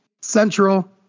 Central